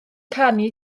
canu